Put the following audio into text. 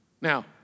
Now